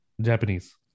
Japanese